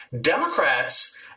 Democrats